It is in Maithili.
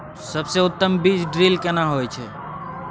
सबसे उत्तम बीज ड्रिल केना होए छै?